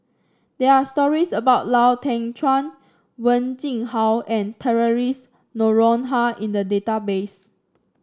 there are stories about Lau Teng Chuan Wen Jinhua and Theresa Noronha in the database